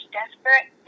desperate